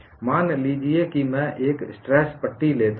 मान लीजिए कि मैं एक स्ट्रेस पट्टी लेता हूं